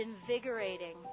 invigorating